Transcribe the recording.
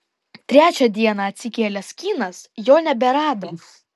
trečią dieną atsikėlęs kinas jo neberado